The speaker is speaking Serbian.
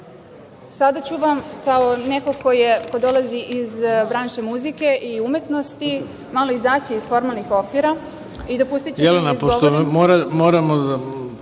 ću vam kao neko ko dolazi iz branše muzike i umetnosti, malo izaći iz formalnih okvira i dopustiću